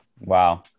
Wow